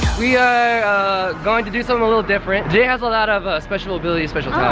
we are going to do something a little different. jae has a lot of a special abilities, special